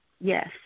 Yes